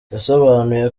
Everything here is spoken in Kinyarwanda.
yasobanuye